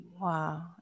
wow